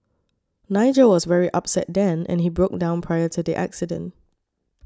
Nigel was very upset then and he broke down prior to the accident